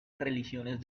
religiones